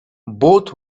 both